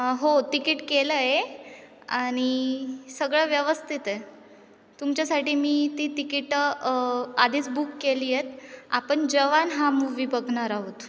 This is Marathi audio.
हो तिकीट केलं आहे आणि सगळं व्यवस्थित आहे तुमच्यासाठी मी ती तिकीटं आधीच बुक केली आहेत आपण जवान हा मूव्वी बघणार आहोत